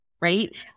right